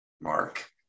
Mark